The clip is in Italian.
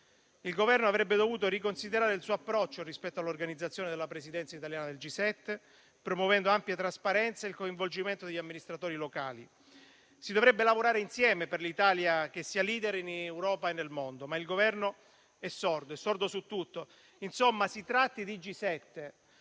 Il Governo avrebbe dovuto riconsiderare il suo approccio rispetto all'organizzazione della Presidenza italiana del G7, promuovendo ampie trasparenze e il coinvolgimento degli amministratori locali. Si dovrebbe lavorare insieme per l'Italia, affinché sia *leader* in Europa e nel mondo. Il Governo, però, è sordo su tutto. Insomma, si tratti di G7,